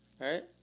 Right